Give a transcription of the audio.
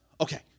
Okay